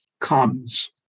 comes